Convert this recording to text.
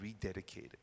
rededicated